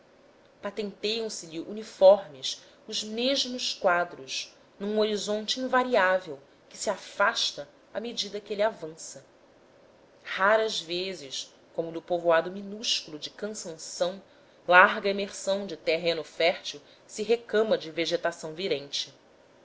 imobilidade patenteiam se lhe uniformes os mesmos quadros num horizonte invariável que se afasta à medida que ele avança raras vezes como no povoado minúsculo de cansanção larga emersão de terreno fértil se recama de vegetação virente